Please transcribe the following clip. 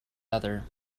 other